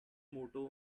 motto